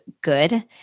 good